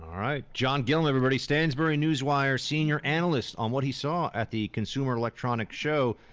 um right, john gillin everybody, stansberry newswire senior analyst on what he saw at the consumer electronics show.